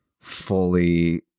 fully